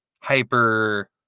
hyper